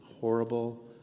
horrible